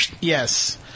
Yes